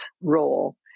role